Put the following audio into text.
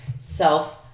self